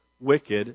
wicked